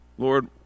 Lord